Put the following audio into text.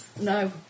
No